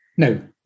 No